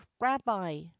rabbi